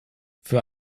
für